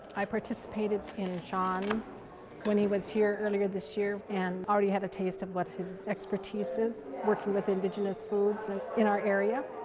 i participated in sean's when he was here earlier this year. and already had a taste of what his expertise is working with indigenous foods and in our area.